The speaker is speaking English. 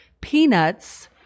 peanuts